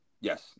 yes